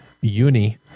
uni